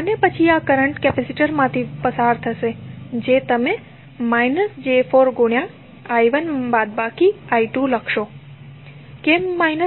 અને પછી આ કરંટ કેપેસિટરમાંથી પસાર થશે જેથી તમે −j4 લખશો કેમ I2